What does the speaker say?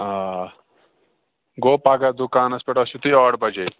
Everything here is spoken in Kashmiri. آ گوٚو پگاہ دُکانَس پٮ۪ٹھ چھُو تُہۍ ٲٹھ بَجے